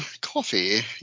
coffee